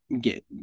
get